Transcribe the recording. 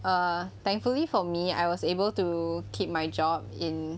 err thankfully for me I was able to keep my job in